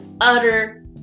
utter